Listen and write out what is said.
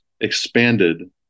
expanded